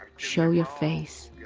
show your face,